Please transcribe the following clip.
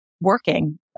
working